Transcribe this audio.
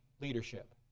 leadership